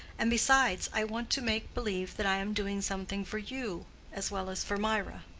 and besides, i want to make believe that i am doing something for you as well as for mirah.